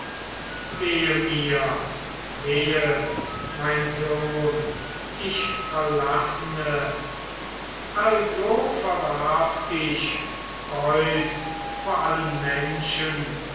wehe mein sohn ich verlassene also verwarf dich zeus vor allen menschen